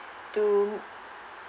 to